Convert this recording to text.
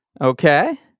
Okay